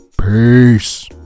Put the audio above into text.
Peace